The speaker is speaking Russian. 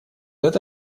это